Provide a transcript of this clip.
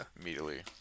immediately